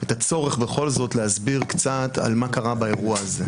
את הצורך בכל זאת להסביר קצת מה קרה באירוע הזה.